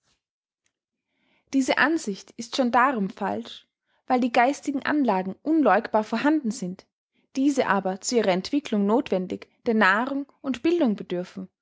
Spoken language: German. diese ansicht ist schon darum falsch weil die geistigen anlagen unläugbar vorhanden sind diese aber zu ihrer entwickelung nothwendig der nahrung und bildung bedürfen